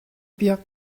piak